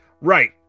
Right